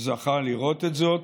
הוא זכה לראות את זאת,